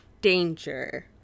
danger